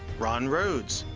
ron rhodes,